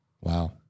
Wow